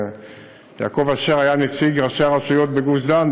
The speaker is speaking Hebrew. ויעקב אשר היה נציג ראשי הרשויות בגוש-דן,